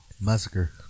Massacre